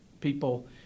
people